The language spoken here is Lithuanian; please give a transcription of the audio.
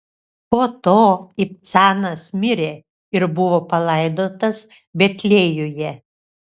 po to ibcanas mirė ir buvo palaidotas betliejuje